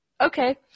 Okay